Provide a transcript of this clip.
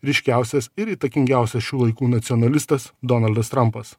ryškiausias ir įtakingiausias šių laikų nacionalistas donaldas trumpas